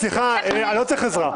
סליחה, אני לא צריך עזרה.